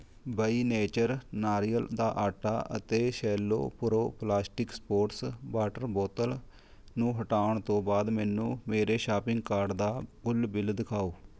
ਬਈ ਨੇਚਰ ਨਾਰੀਅਲ ਦਾ ਆਟਾ ਅਤੇ ਸ਼ੈਲੋ ਪੁਰੋ ਪਲਾਸਟਿਕ ਸਪੋਰਟਸ ਵਾਟਰ ਬੋਤਲ ਨੂੰ ਹਟਾਉਣ ਤੋਂ ਬਾਅਦ ਮੈਨੂੰ ਮੇਰੇ ਸ਼ਾਪਿੰਗ ਕਾਡ ਦਾ ਕੁੱਲ ਬਿੱਲ ਦਿਖਾਓ